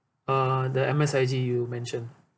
uh the M_S_I_G you mention